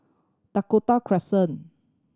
Dakota Crescent